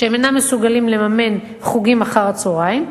שהם אינם מסוגלים לממן חוגים אחר-הצהריים.